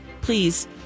Please